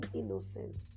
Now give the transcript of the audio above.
innocence